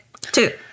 two